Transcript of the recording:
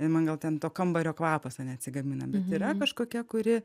man gal ten to kambario kvapas ane atsigamina bet yra kažkokia kuri